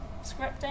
scripting